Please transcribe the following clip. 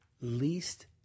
least